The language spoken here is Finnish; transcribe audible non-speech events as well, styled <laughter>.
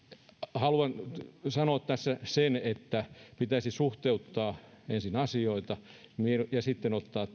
haluan sanoa tässä sen että pitäisi suhteuttaa ensin asioita ja sitten ottaa <unintelligible>